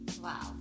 Wow